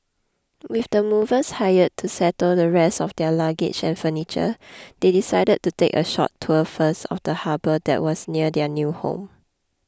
with the movers hired to settle the rest of their luggage and furniture they decided to take a short tour first of the harbour that was near their new home